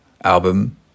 album